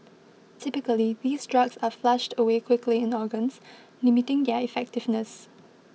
typically these drugs are flushed away quickly in organs limiting their effectiveness